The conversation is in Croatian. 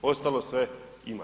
Ostalo sve ima.